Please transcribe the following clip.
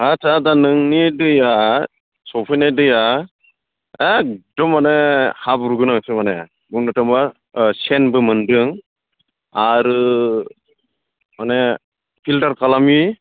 आस्सा आदा नोंनि दैया सफैनाय दैया एखदम माने हाब्रु गोनांसो माने बुंनो थांब्ला सेनबो मोनदों आरो माने फिल्टार खालामि